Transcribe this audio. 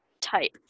type